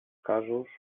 casos